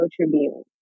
Tribune